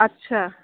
अच्छा